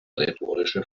rhetorische